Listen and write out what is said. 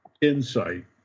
insight